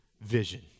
vision